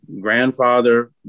grandfather